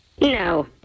No